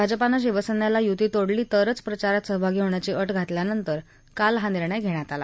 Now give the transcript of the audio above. भाजपनं शिवसेनेला युती तोडली तरचं प्रचारात सहभागी होण्याची अट घातल्यानंतर काल हा निर्णय घेण्यात आला